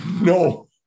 no